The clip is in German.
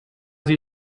sie